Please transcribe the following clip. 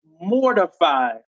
mortified